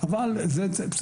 דורש הרצאה של שעה.